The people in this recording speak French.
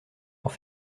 pour